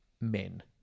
men